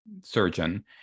surgeon